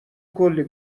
کلی